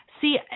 See